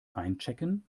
einchecken